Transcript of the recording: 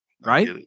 Right